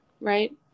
right